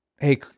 hey